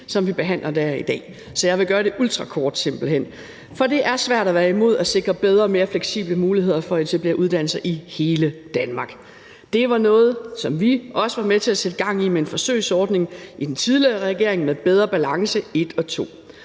som vi behandler her i dag, så jeg vil simpelt hen gøre det ultrakort. Det er svært at være imod at sikre bedre og mere fleksible muligheder for at etablere uddannelser i hele Danmark. Det var noget, som vi også var med til at sætte gang i med en forsøgsordning i den tidligere regering med »Bedre Balance I« og